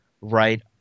right